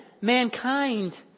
mankind